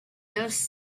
dust